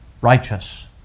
righteous